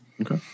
Okay